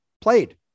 played